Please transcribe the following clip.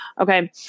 Okay